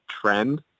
trend